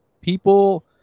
people